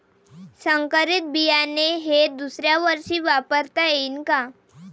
संकरीत बियाणे हे दुसऱ्यावर्षी वापरता येईन का?